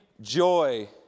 joy